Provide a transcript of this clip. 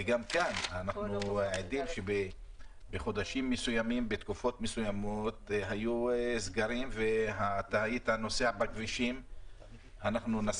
וגם כאן אנחנו עדים לכך שבתקופות מסוימות היו סגרים והכבישים היו